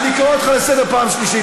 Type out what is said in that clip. אני קורא אותך לסדר פעם שלישית.